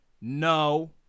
no